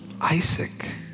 Isaac